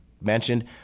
mentioned